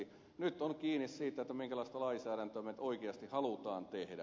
nyt se on kiinni siitä minkälaista lainsäädäntöä me oikeasti haluamme tehdä